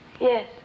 Yes